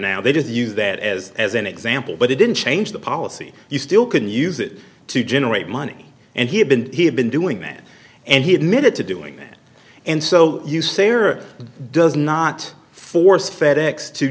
now they just use that as as an example but it didn't change the policy you still can use it to generate money and he had been he had been doing that and he admitted to doing it and so you say or does not force fed ex to